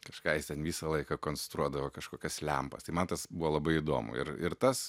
kažką jis ten visą laiką konstruodavo kažkokias lempas tai man tas buvo labai įdomu ir ir tas